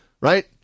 right